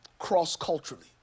cross-culturally